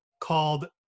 called